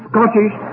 Scottish